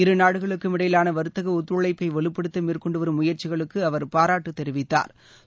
இருநாடுகளுக்கும் இடையிலான வர்த்தக ஒத்துழைப்ப வலுப்படுத்த மேற்கொண்டு வரும் முயற்சிகளுக்கு அவர் பாராட்டு தெரிவித்தாா்